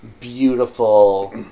beautiful